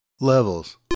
Levels